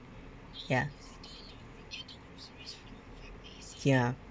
ya ya